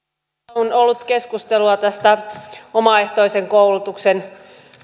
on ollut keskustelua tästä omaehtoisen koulutuksen